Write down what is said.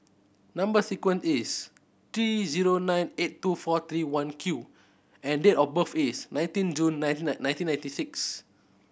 number sequence is T zero nine eight two four three one Q and date of birth is nineteen June nineteen ninety six